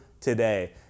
today